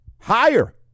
higher